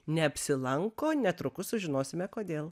neapsilanko netrukus sužinosime kodėl